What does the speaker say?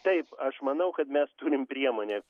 taip aš manau kad mes turim priemones